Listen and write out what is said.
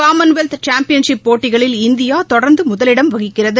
Commonwealth championship போட்டிகளில் India தொடர்ந்து முதலிடம் வகிக்கிறது